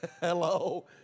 Hello